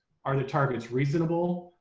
are the targets reasonable?